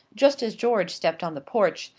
just as george stepped on the porch,